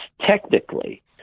technically